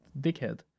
dickhead